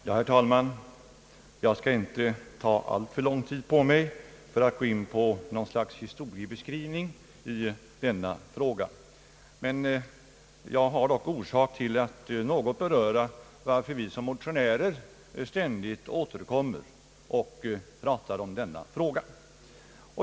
Herr talman! Jag skall inte ta alltför lång tid på mig för att gå in på något slags historieskrivning i detta ärende, men jag har ändå anledning att något beröra varför vi motionärer ständigt återkommer med denna fråga.